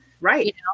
Right